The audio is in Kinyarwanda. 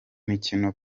mikino